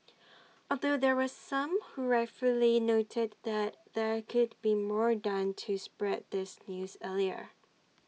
although there were some who rightfully noted that there could be more done to spread this news earlier